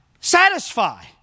satisfy